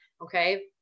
okay